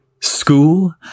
School